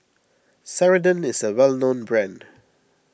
Ceradan is a well known brand